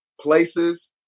places